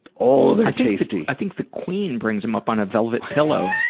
oh, they're tasty! i think the queen brings them up on a velvet pillow.